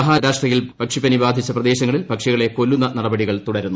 മഹാരാഷ്ട്രയിൽ പക്ഷിപ്പനി ബാധിച്ച പ്രദ്ധ്ശ്ങ്ങ്ളിൽ പക്ഷികളെ കൊല്ലുന്ന നടപടികൾ തുടരുന്നു